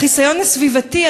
החיסיון הסביבתי,